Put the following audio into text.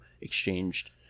exchanged